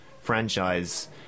franchise